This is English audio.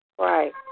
right